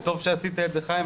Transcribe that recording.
טוב שעשית את זה חיים,